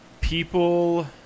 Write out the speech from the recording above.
people